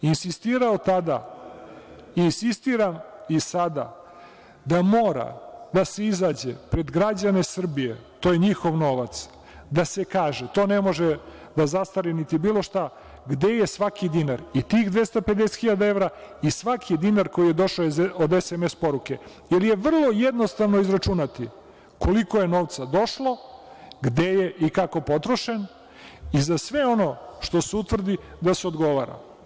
Insistirao sam tada i insistiram i sada da mora da se izađe pred građane Srbije, to je njihov novac, da se kaže, to ne može da zastari, niti bilo šta, gde je svaki dinar i tih 250.000 evra i svaki dinar koji je došao od SMS poruke, jer je vrlo jednostavno izračunati koliko je novca došlo, gde je i kako potrošen i za sve ono što se utvrdi da se odgovara.